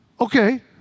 Okay